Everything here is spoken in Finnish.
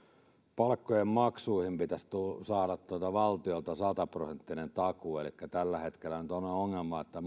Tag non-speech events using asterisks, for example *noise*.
palkkojen maksuihin pitäisi saada valtiolta sata prosenttinen takuu elikkä tällä hetkellä nyt on ongelma että *unintelligible*